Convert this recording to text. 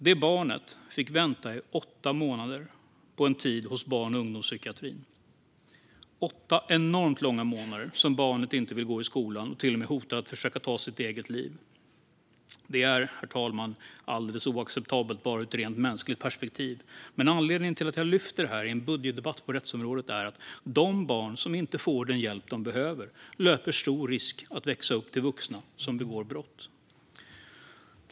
Det barnet fick vänta i åtta månader på en tid hos barn och ungdomspsykiatrin. Det är åtta enormt långa månader som barnet inte vill gå i skolan och till och med hotar att försöka ta sitt eget liv. Det är, herr talman, alldeles oacceptabelt ur ett rent mänskligt perspektiv. Anledningen till att jag lyfter upp denna fråga i en budgetdebatt på rättsområdet är att de barn som inte får den hjälp de behöver löper stor risk att växa upp till vuxna som begår brott.